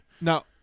Now